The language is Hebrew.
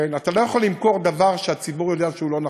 אתה לא יכול למכור דבר שהציבור יודע שהוא לא נכון.